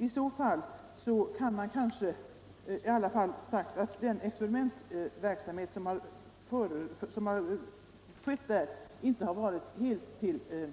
I så fall kanske den experimentverksamhet som har bedrivits i Göteborg inte har varit helt utan